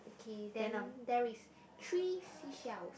K then there is three seashells